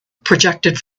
projected